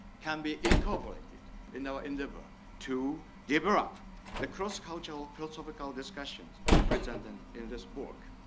can be incorporated in our endeavor to deliver up the cross cultural philosophical discussions presented in this book.